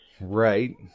Right